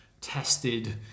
tested